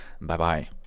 Bye-bye